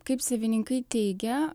kaip savininkai teigia